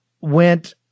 went